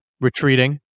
retreating